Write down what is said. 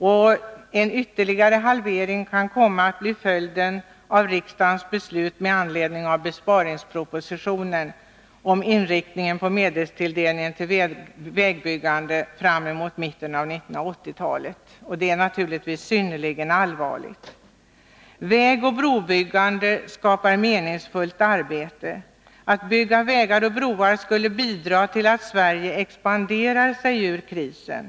Och en ytterligare halvering kan komma att bli följden av riksdagens beslut med anledning av besparingspropositionens förslag om inriktningen på medelstilldelningen till vägbyggande fram till mitten av 1980-talet. Detta är naturligtvis synnerligen allvarligt. Vägoch brobyggande skapar meningsfullt arbete. Ett byggande av vägar och broar skulle bidra till att Sverige expanderade sig ur krisen.